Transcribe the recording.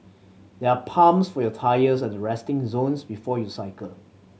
there are pumps for your tyres at the resting zones before you cycle